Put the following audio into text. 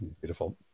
Beautiful